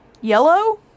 Yellow